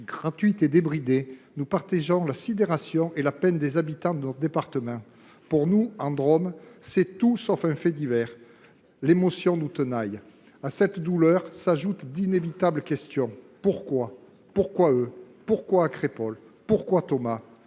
gratuite et débridée, nous partageons la sidération et la peine des habitants de notre département. Pour nous, dans le département de la Drôme, c’est tout sauf un fait divers. L’émotion nous tenaille. À cette douleur s’ajoutent d’inévitables questions. Pourquoi ? Pourquoi eux ? Pourquoi à Crépol ? Pourquoi Thomas ?